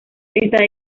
está